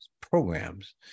programs